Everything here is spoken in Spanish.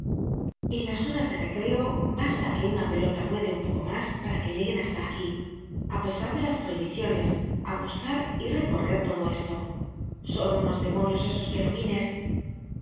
en las horas de recreo basta que una pelota ruede un poco mas para que lleguen hasta aquí á pesar de las prohibiciones á buscar y recorrer todo esto son unos demonios esos querubines